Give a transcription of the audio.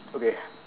okay